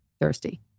thirsty